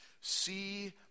See